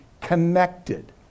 connected